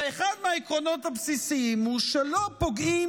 ואחד מהעקרונות הבסיסיים הוא שלא פוגעים